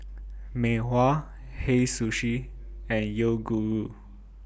Mei Hua Hei Sushi and Yoguru